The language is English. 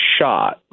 shot